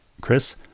Chris